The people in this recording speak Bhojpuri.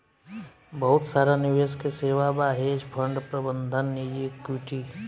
बहुत सारा निवेश के सेवा बा, हेज फंड प्रबंधन निजी इक्विटी